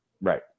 Right